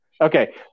Okay